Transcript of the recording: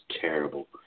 terrible